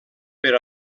per